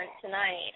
tonight